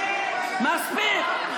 מספיק.